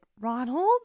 Ronald